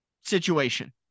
situation